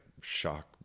shock